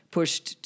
pushed